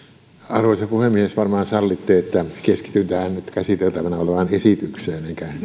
arvoisa puhemies varmaan sallitte että keskityn tähän nyt käsiteltävänä olevaan esitykseen enkä